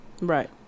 Right